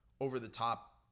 over-the-top